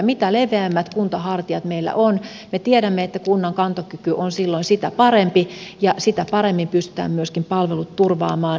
mitä leveämmät kuntahartiat meillä on me tiedämme että kunnan kantokyky on silloin sitä parempi ja sitä paremmin pystytään myöskin palvelut turvaamaan